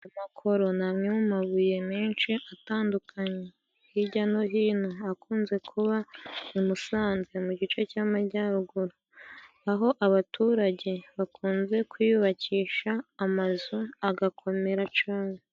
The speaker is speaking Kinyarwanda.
Amakoro ni amwe mu mabuye menshi atandukanye hirya no hino. Akunze kuba i Musanze mu gice cy'amajyaruguru, aho abaturage bakunze kuyubakisha amazu agakomera cane.